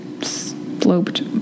sloped